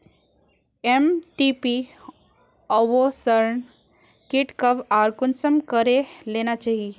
MTP abortion kit कब आर कुंसम करे लेना चही?